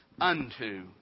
unto